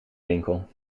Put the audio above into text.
winkel